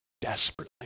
Desperately